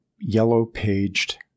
yellow-paged